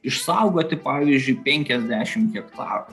išsaugoti pavyzdžiui penkiasdešimt hektarų